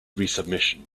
resubmission